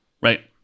Right